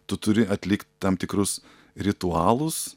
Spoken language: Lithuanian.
tu turi atlikt tam tikrus ritualus